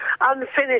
unfinished